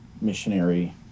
missionary